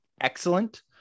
excellent